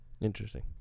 Interesting